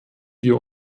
wir